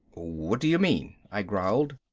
what do you mean, i growled.